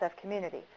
community